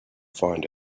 find